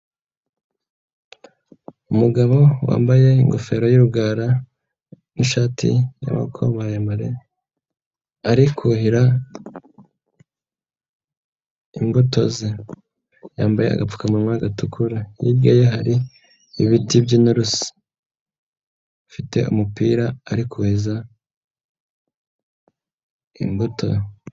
Umugabo wambaye ingofero y'urugara n'ishati y'amaboko maremare, ari kuhira imbuto ze, yambaye agapfukamunwa gatukura, hirya ye hari ibiti by'inturusu, afite umupira ari kuhiza imbuto.